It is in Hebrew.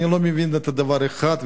אני לא מבין דבר אחד,